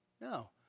No